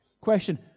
Question